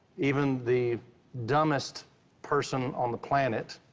even the dumbest person on the planet.